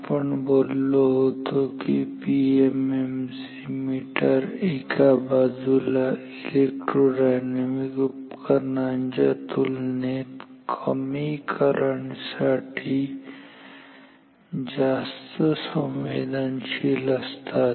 आपण बोललो होतो की पीएमएमसी मीटर एका बाजूला इलेक्ट्रोडायनामिक उपकरणांच्या तुलनेत कमी करंट साठी जास्त संवेदनशील असतात